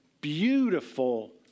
beautiful